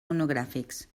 monogràfics